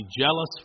jealous